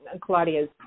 Claudia's